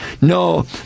No